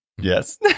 Yes